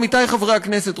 עמיתי חברי הכנסת,